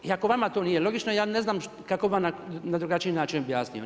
I ako vama to nije logično, ja ne znam kako vam na drugačiji način objasniti.